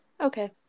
Okay